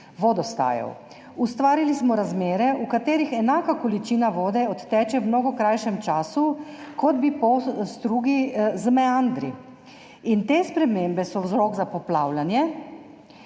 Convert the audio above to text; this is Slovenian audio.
vodostajev. Ustvarili smo razmere, v katerih enaka količina vode odteče v mnogo krajšem času, kot bi po strugi z meandri. Te spremembe so vzrok za poplavljanje